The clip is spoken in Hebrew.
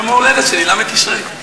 יום ההולדת שלי, ל' תשרי.